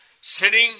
sitting